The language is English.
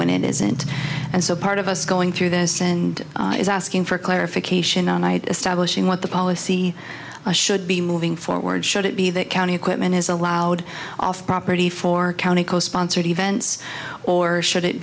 when it isn't and so part of us going through this and is asking for clarification and i establish in what the policy should be moving forward should it be that county equipment is allowed off property for county co sponsored events or should it